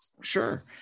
Sure